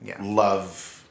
love